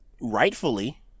rightfully